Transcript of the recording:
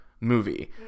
movie